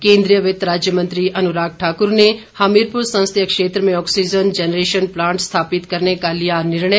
केंद्रीय वित्त राज्य मंत्री अनुराग ठाकुर ने हमीरपुर संसदीय क्षेत्र में ऑक्सीजन जेनरेशन प्लांट स्थापित करने का लिया निर्णय